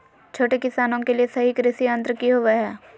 छोटे किसानों के लिए सही कृषि यंत्र कि होवय हैय?